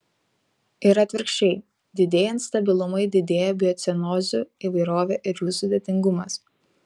ir atvirkščiai didėjant stabilumui didėja biocenozių įvairovė ir jų sudėtingumas